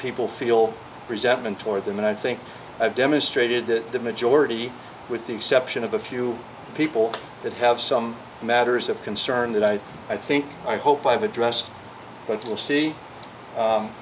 people feel resentment toward them and i think i've demonstrated that the majority with the exception of a few people that have some matters of concern that i i think i hope i've addressed but will see